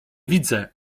widzę